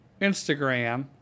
Instagram